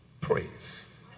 Praise